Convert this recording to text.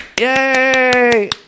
Yay